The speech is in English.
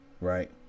right